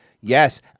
Yes